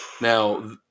Now